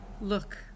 Look